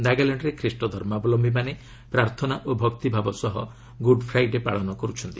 ନାଗାଲାଣ୍ଡରେ ଖ୍ରୀଷ୍ଟ ଧର୍ମାବଲମ୍ପିମାନେ ପ୍ରାର୍ଥନା ଓ ଭକ୍ତିଭାବ ସହ ଗୁଡ୍ ଫ୍ରାଇ ଡେ' ପାଳନ କରୁଛନ୍ତି